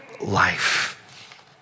life